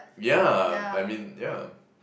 yeah I mean yeah